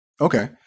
Okay